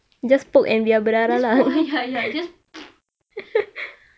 just poke ya ya just